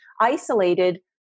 isolated